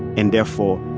and therefore,